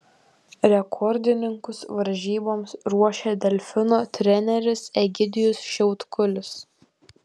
rekordininkus varžyboms ruošia delfino treneris egidijus šiautkulis